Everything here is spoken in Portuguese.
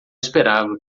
esperava